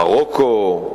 מרוקו,